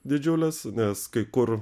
didžiules nes kai kur